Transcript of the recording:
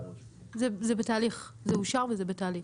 זה אושר וזה בתהליך.